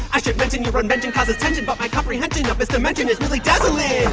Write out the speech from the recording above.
i should mention your unmentioned causes tension, but my comprehension of this dimension is really dazzling